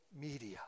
media